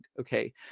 okay